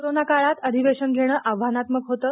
corona काळात अधिवेशन घेणं आव्हानात्मक होतं